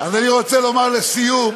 אז אני רוצה לומר לסיום,